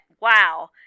wow